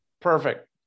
Perfect